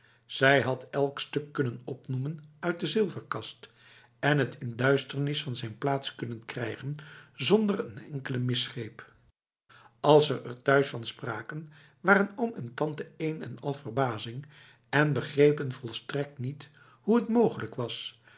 zij had elk stuk kunnen opnoemen uit de zilverkast en het in de duisternis van zijn plaats kunnen krijgen zonder een enkele misgreep als ze er thuis van spraken waren oom en tante een en al verbazing en begrepen volstrekt niet hoe het mogelijk was